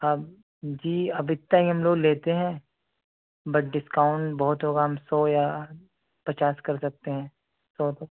اب جی اب اتنا ہی ہم لوگ لیتے ہیں بس ڈسکاؤنٹ بہت ہوگا ہم سو یا پچاس کر سکتے ہیں سو تک